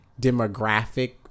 demographic